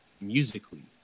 musically